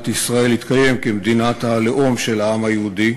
ישראל להתקיים כמדינת הלאום של העם היהודי,